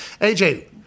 AJ